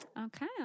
Okay